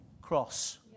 cross